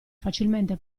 facilmente